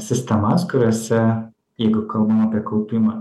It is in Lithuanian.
sistemas kuriose jeigu kalbam apie kaupimą